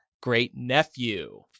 great-nephew